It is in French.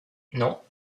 non